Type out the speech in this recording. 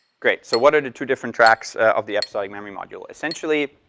great. so what are the two different tracks of the episodic memory module? essentially,